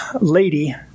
lady